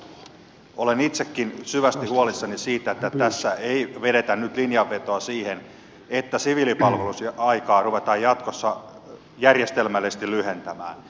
toki olen itsekin syvästi huolissani siitä että tässä ei vedetä nyt linjanvetoa siihen että siviilipalvelusaikaa ruvetaan jatkossa järjestelmällisesti lyhentämään